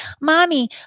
mommy